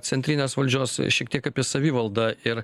centrinės valdžios šiek tiek apie savivaldą ir